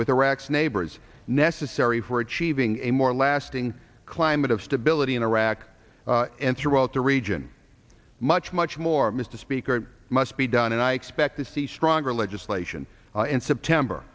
with iraq's neighbors necessary for achieving a more lasting climate of stability in iraq and throughout the region much much more mr speaker must be done and i expect to see stronger legislation in september